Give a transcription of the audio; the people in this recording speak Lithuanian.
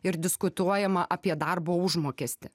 ir diskutuojama apie darbo užmokestį